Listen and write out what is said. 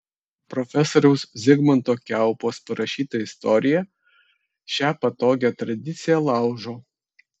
profesoriaus zigmanto kiaupos parašyta istorija šią patogią tradiciją laužo